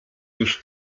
już